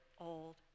old